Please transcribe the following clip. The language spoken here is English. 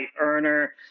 earner